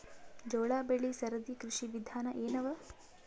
ಜೋಳ ಬೆಳಿ ಸರದಿ ಕೃಷಿ ವಿಧಾನ ಎನವ?